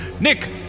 Nick